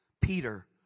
Peter